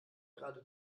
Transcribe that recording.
gerade